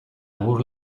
egur